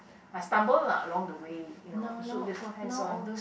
I stumble lah along the way you know so there's no hands on